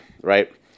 right